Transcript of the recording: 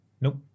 Nope